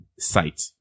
site